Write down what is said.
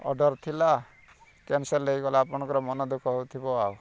order ଥିଲା cancel ହେଇଗଲା ଆପଣଙ୍କର ମନଦୁଃଖ ହଉଥିବ ଆଉ